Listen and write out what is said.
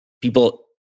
people